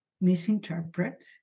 misinterpret